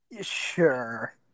Sure